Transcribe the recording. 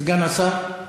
סגן השר.